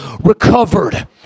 Recovered